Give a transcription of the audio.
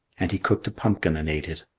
and he cooked a pumpkin and ate it.